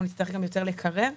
אנחנו נצטרך גם לקרר יותר,